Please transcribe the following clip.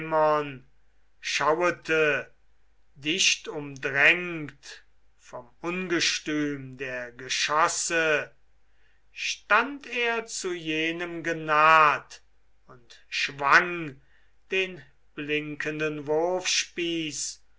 dicht umdrängt vorn ungestüm der geschosse stand er zu jenem genaht und schwang den blinkenden wurfspieß